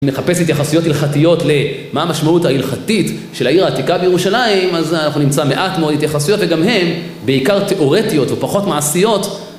אם נחפש התייחסויות הלכתיות למה המשמעות ההלכתית של העיר העתיקה בירושלים אז אנחנו נמצא מעט מאוד התייחסויות וגם הן בעיקר תיאורטיות ופחות מעשיות